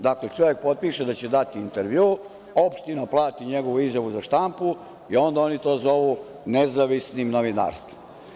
Dakle, čovek potpiše da će dati intervju, opština plati njegovu izjavu za štampu i onda oni to zovu nezavisnim novinarstvom.